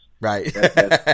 right